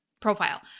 profile